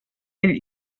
ell